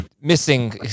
missing